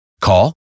Call